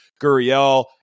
Guriel